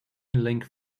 link